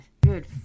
Good